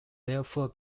therefore